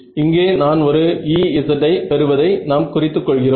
இங்கே நான் ஒரு Ez ஐ பெறுவதை நாம் குறித்து கொள்கிறோம்